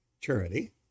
charity